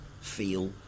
feel